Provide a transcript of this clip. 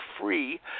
free